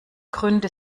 gründe